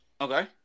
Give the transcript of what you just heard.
Okay